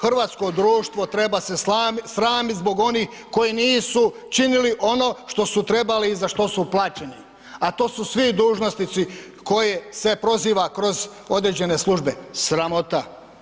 Hrvatsko društvo treba se sramiti zbog onih koji nisu činili ono što su trebali i za što su plaćeni, a to su svi dužnosnici koje se proziva kroz određene službe, sramota.